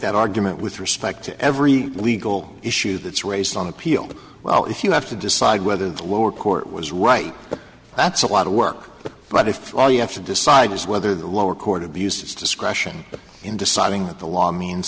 that argument with respect to every legal issue that's raised on appeal well if you have to decide whether the lower court was right that's a lot of work but if all you have to decide is whether the lower court abused its discretion in deciding that the law means